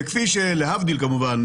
כפי שלהבדיל כמובן,